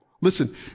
Listen